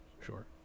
Sure